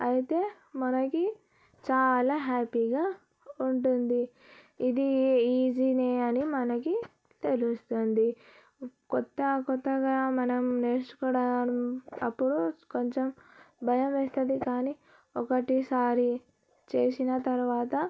అయితే మనకి చాలా హ్యాపీగా ఉంటుంది ఇది ఈజీనే అని మనకి తెలుస్తుంది కొత్త కొత్తగా మనం నేర్చుకోవడం అప్పుడు కొంచెం భయం అవుతుంది కానీ ఒకటి సారి చేసిన తర్వాత